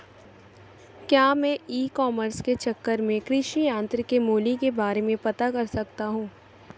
क्या मैं e commerce के ज़रिए कृषि यंत्र के मूल्य के बारे में पता कर सकता हूँ?